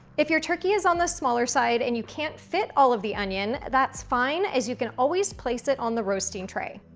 if your turkey is on the smaller side and you can't fit all of the onion, that's fine, as you can always place it on the roasting tray.